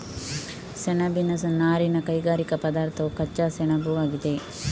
ಸೆಣಬಿನ ನಾರಿನ ಕೈಗಾರಿಕಾ ಪದಾರ್ಥವು ಕಚ್ಚಾ ಸೆಣಬುಆಗಿದೆ